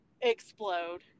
explode